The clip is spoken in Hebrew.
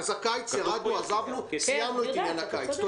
אז את הקיץ עזבנו, סיימנו את עניין הקיץ.